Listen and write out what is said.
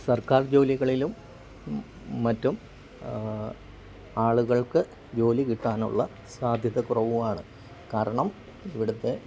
സർക്കാർ ജോലികളിലും മറ്റും ആളുകൾക്കു ജോലി കിട്ടാനുള്ള സാധ്യത കുറവുമാണ് കാരണം ഇവിടുത്തെ